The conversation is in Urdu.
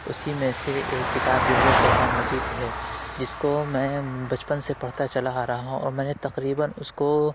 اُسی میں سے ایک کتاب جو ہے قرآن مجید ہے جس کو میں بچپن سے پڑھتا چلا آ رہا ہوں میں نے تقریبا اُس کو